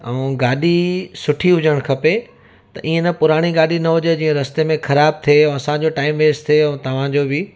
ऐं गाॾी सुठी हुजणु खपे त ईअं न पुराणी गाॾी न हुजे जीअं रस्ते में ख़राब थिए ऐं असांजो टाइम वेस्ट थिए ऐं तव्हांजो बि